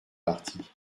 partie